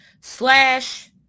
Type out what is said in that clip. slash